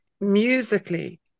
musically